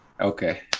Okay